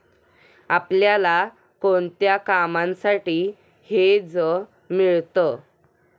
आपल्याला कोणत्या कामांसाठी हेज मिळतं?